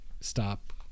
stop